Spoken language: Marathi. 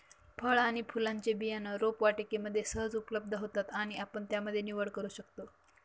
फळ आणि फुलांचे बियाणं रोपवाटिकेमध्ये सहज उपलब्ध होतात आणि आपण त्यामध्ये निवड करू शकतो